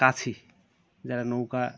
কাছি যারা নৌকা